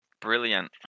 Brilliant